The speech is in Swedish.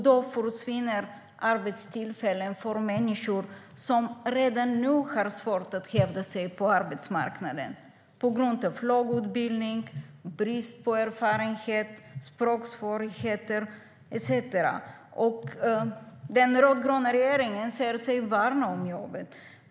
Då försvinner arbetstillfällen för människor som redan nu har svårt att hävda sig på arbetsmarknaden på grund av låg utbildning, brist på erfarenhet, språksvårigheter etcetera. Den rödgröna regeringen säger sig värna om jobben.